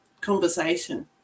conversation